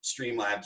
Streamlabs